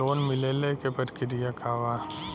Loan मिलेला के प्रक्रिया का बा?